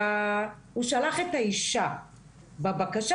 הוא שלח את האישה בבקשה,